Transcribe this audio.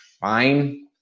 fine